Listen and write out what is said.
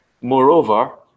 Moreover